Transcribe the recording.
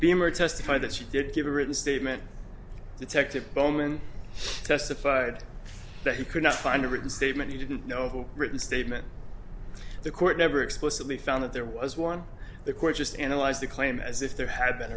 beamer testified that she did give a written statement detective bowman testified that he could not find a written statement he didn't know who written statement the court never explicitly found that there was one the court just analyzed the claim as if there had been